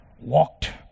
walked